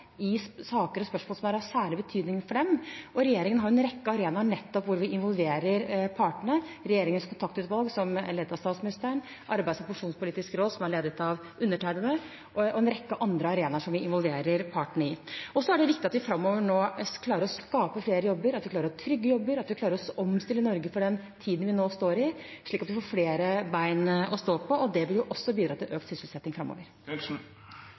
partene i saker og spørsmål som er av særlig betydning for dem. Regjeringen har en rekke arenaer hvor vi nettopp involverer partene: regjeringens kontaktutvalg, som er ledet av statsministeren, Arbeidslivs- og pensjonspolitisk råd, som er ledet av undertegnede, og en rekke andre arenaer som vi involverer partene i. Så er det viktig at vi framover nå klarer å skape flere jobber, klarer å trygge jobber, klarer å omstille Norge for den tiden vi nå står i, slik at vi får flere bein å stå på, og det vil også bidra til økt sysselsetting framover.